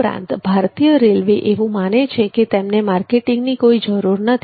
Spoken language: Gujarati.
ઉપરાંત ભારતીય રેલવે એવું માને છે કે તેમને માર્કેટિંગની કોઈ જરૂર નથી